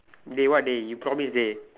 dey what dey you promised dey